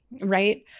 right